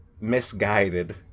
misguided